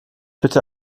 bitte